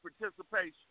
participation